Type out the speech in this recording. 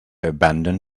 abandon